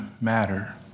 matter